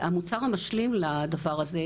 המוצר המשלים לדבר הזה,